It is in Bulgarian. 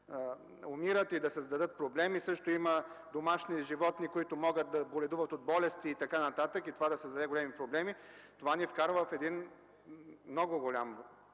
могат да създадат проблеми. Има и домашни животни, които могат да боледуват от болести и така нататък – това може да създаде големи проблеми. Това ни вкарва в един много голям